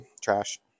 trash